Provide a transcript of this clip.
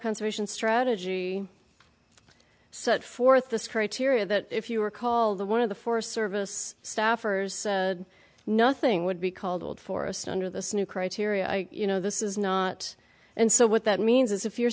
conservation strategy set forth this criteria that if you recall the one of the forest service staffers said nothing would be called forest under this new criteria you know this is not and so what that means is if you're